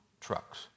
trucks